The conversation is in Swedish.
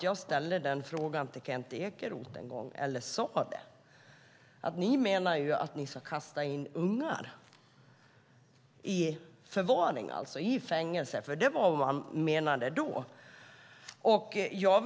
Jag sade till Kent Ekeroth en gång att Sverigedemokraterna menar att man ska kasta ungar i förvar, i fängelse. Det var vad de då menade.